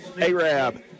ARAB